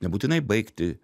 nebūtinai baigti